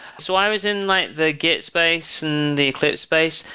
so i was in like the git space and the eclipse space.